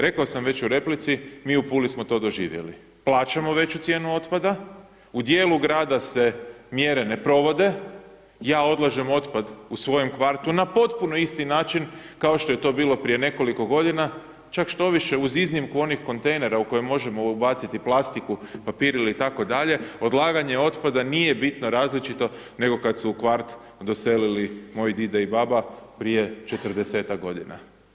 Rekao sam već u replici, mi u Puli smo to doživjeli, plaćamo veću cijenu otpada, u dijelu grada se mjere ne provode, ja odlažem otpad u svojem kvartu na potpuno isti način kao što je to bilo prije nekoliko godina, čak štoviše uz iznimku onih kontejnera u koje možemo ubaciti plastiku, papir itd., odlaganje otpada nije bitno različito nego kad su u kvart doselili moji dida i baba prije 40-tak godina.